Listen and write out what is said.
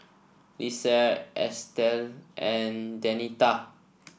Lisle Estelle and Denita